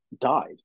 died